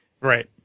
right